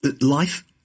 Life